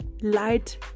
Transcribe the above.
light